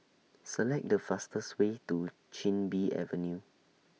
Select The fastest Way to Chin Bee Avenue